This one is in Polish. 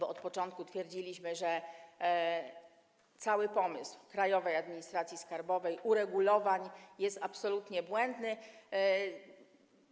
Od początku twierdziliśmy, że cały pomysł Krajowej Administracji Skarbowej, tych uregulowań jest absolutnie błędny.